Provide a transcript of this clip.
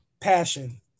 passion